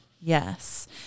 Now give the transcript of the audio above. Yes